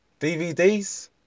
DVDs